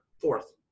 fourth